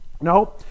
No